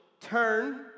Turn